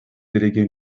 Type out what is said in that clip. déléguer